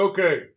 Okay